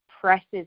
presses